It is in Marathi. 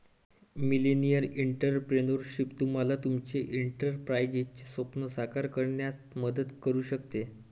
मिलेनियल एंटरप्रेन्योरशिप तुम्हाला तुमचे एंटरप्राइझचे स्वप्न साकार करण्यात मदत करू शकते